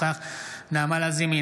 אינו נוכח נעמה לזימי,